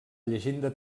llegenda